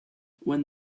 when